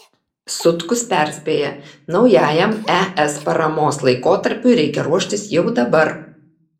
sutkus perspėja naujajam es paramos laikotarpiui reikia ruoštis jau dabar